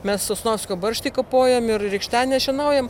mes sosnovskio barštį kapojam ir rykštenes šienaujam